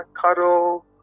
cuddle